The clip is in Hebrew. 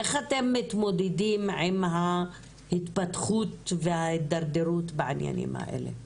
איך אתם מתמודדים עם ההתפתחות וההידרדרות בעניינים האלה.